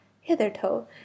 hitherto